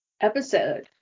episode